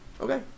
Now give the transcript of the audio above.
Okay